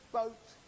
boat